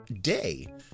day